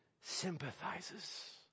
sympathizes